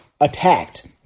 attacked